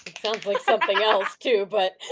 ah like something else too, but